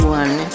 one